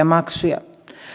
maksuja